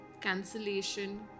cancellation